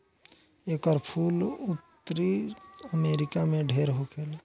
एकर फूल उत्तरी अमेरिका में ढेर होखेला